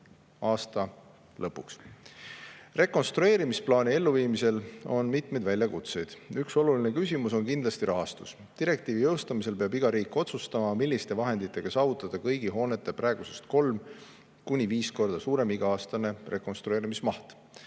aasta lõpuks. Rekonstrueerimisplaani elluviimisel on mitmeid väljakutseid. Kindlasti üks oluline küsimus on rahastus. Direktiivi jõustamisel peab iga riik otsustama, milliste vahenditega saavutada kõigi hoonete praegusest kolm kuni viis korda suurem iga-aastane rekonstrueerimismaht.